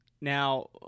Now